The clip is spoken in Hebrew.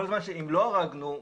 אם לא הרגנו,